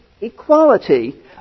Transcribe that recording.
equality